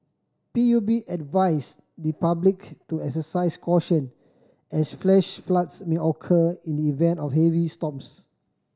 P U B advised the public to exercise caution as flash floods may occur in the event of heavy storms